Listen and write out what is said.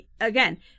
again